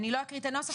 אני לא אקריא את הנוסח.